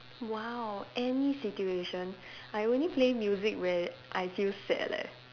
!wow! any situation I only play music when I feel sad leh